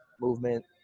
movement